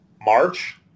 March